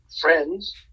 friends